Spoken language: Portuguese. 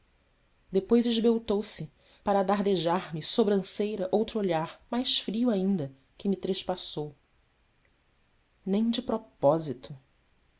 depois esbeltou se para dardejar me sobranceira outro olhar mais frio ainda que me trespassou em de propósito